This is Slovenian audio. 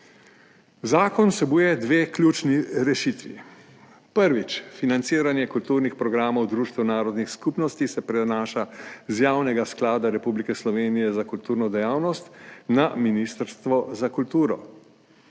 Zakon vsebuje dve ključni rešitvi. Prvič, financiranje kulturnih programov društev narodnih skupnosti se prenaša iz Javnega sklada Republike Slovenije za kulturne dejavnosti na Ministrstvo za kulturo.